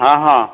ହଁ ହଁ